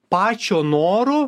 pačio noru